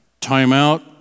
timeout